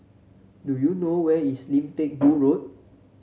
do you know where is Lim Teck Boo Road